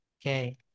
Okay